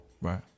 Right